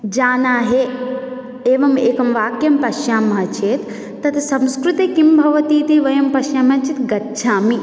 जाना है एवम् एकं वाक्यं पश्यामः चेत् तत्संस्कृते किं भवति इति वयं पश्यामः चेत् गच्छामि